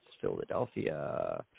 Philadelphia